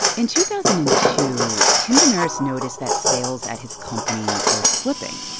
and two thousand and two, tim demarais noticed that sales at his company were slipping,